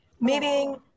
meeting